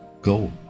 go